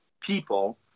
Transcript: people